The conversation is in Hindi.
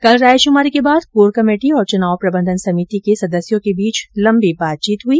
कल रायश्मारी के बाद कोर कमेटी और चुनाव प्रबंधन समिति के सदस्यों की बीच लंबी बातचीत हुई